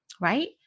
right